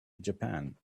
japan